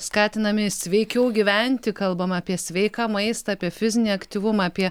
skatinami sveikiau gyventi kalbama apie sveiką maistą apie fizinį aktyvumą apie